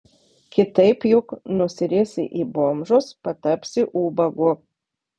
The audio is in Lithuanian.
kitaip juk nusirisi į bomžus patapsi ubagu